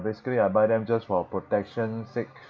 basically I buy them just for protection sake